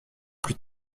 plus